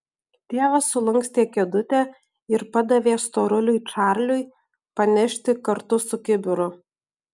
tėvas sulankstė kėdutę ir padavė storuliui čarliui panešti kartu su kibiru